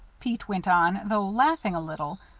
pete went on, though laughing a little.